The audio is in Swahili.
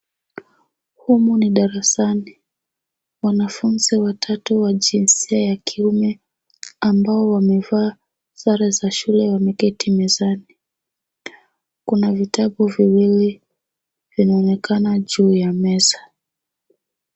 Humu ni darasani. Wanafunzi watatu wa jinsia ya kiume ambao wamevaa sare za shule wameketi mezani. Kuna vitabu viwili vinaonekana juu ya meza.